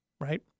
right